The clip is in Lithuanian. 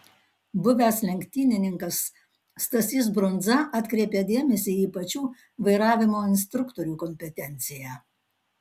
buvęs lenktynininkas stasys brundza atkreipia dėmesį į pačių vairavimo instruktorių kompetenciją